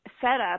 setup